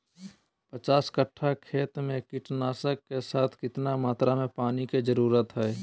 पांच कट्ठा खेत में कीटनाशक के साथ कितना मात्रा में पानी के जरूरत है?